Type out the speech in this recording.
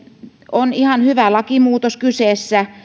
on ihan hyvä lakimuutos kyseessä